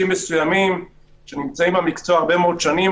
מסוימים שנמצאים במקצוע הרבה מאוד שנים,